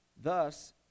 thus